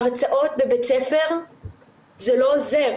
ההרצאות בבית ספר זה לא עוזר,